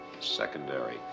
secondary